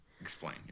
explain